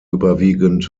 überwiegend